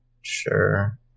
sure